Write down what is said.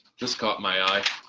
this caught my eye